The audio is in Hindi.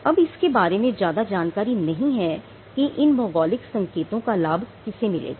अब इसके बारे में ज्यादा जानकारी नहीं है कि इन भौगोलिक संकेतों का लाभ किसे मिलेगा